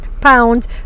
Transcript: pounds